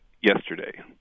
yesterday